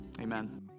Amen